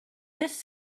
this